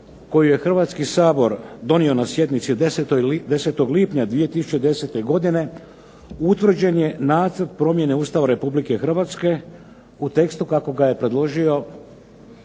koju je Hrvatski sabor donio na sjednici 10. lipnja 2010. godine, utvrđen je Nacrt promjene Ustava Republike Hrvatske u tekstu kako ga je predložio,